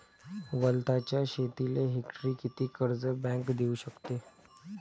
वलताच्या शेतीले हेक्टरी किती कर्ज बँक देऊ शकते?